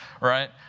right